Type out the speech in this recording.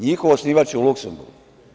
Njihov osnivač je u Luksemburgu.